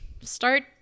start